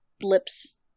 blips